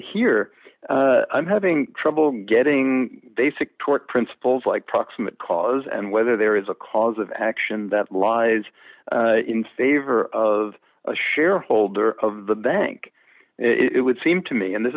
here i'm having trouble getting basic tort principles like proximate cause and whether there is a cause of action that lies in favor of a shareholder of the bank it would seem to me and this